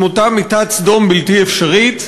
עם אותה מיטת סדום בלתי אפשרית,